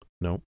No